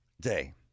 day